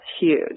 huge